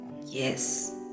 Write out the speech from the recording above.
Yes